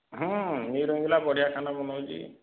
ହୁଁ ନ୍ୟୁ ରଙ୍ଗିଲା ବଢ଼ିଆ ଖାନା ବନାଉଛି